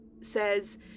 says